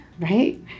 Right